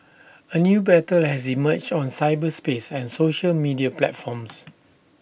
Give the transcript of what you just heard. A new battle has emerged on cyberspace and social media platforms